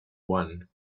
one